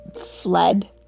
fled